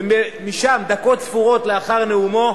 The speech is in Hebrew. ומשם, דקות ספורות לאחר נאומו,